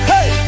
Hey